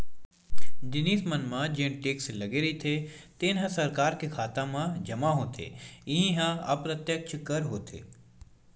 जिनिस मन म जेन टेक्स लगे रहिथे तेन ह सरकार के खाता म जता होथे इहीं ह अप्रत्यक्छ कर होथे